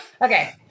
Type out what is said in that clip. Okay